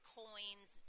coins